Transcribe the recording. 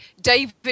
David